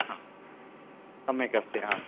ह सम्यक् अस्ति हा